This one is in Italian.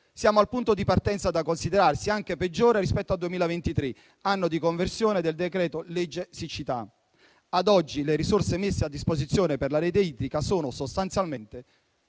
siamo al punto di partenza, da considerarsi anche peggiore rispetto al 2023, anno di conversione del decreto-legge siccità. Ad oggi le risorse messe a disposizione per la rete idrica sono sostanzialmente